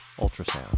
Ultrasound